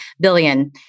billion